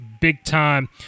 big-time